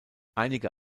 einige